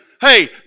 hey